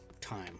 time